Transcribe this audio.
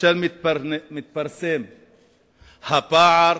כאשר מתפרסם הפער